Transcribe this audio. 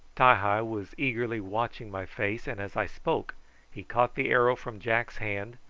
ti-hi was eagerly watching my face, and as i spoke he caught the arrow from jack's hand,